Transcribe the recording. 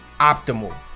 optimal